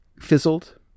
fizzled